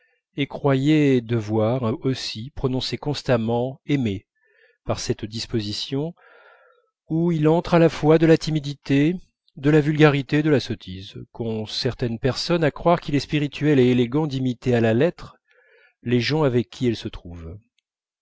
et croyait devoir aussi prononcer constamment aimé par cette disposition où il entre à la fois de la timidité de la vulgarité et de la sottise qu'ont certaines personnes à croire qu'il est spirituel et élégant d'imiter à la lettre les gens avec qui elles se trouvent